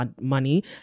money